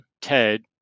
Ted